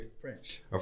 French